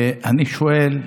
ואני שואל: